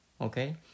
Okay